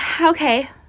okay